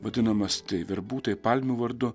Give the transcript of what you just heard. vadinamas verbų tai palmių vardu